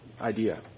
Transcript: idea